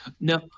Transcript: no